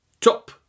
top